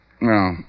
No